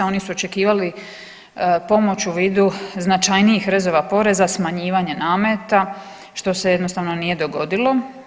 Oni su očekivali pomoć u vidu značajnijih redova poreza, smanjivanje nameta što se jednostavno nije dogodilo.